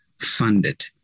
funded